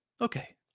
okay